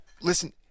listen